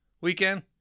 weekend